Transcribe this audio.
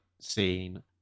scene